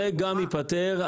זה גם ייפתר.